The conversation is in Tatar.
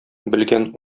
белгән